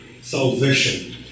salvation